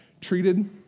treated